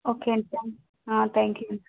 okay అండి thank thank you అండి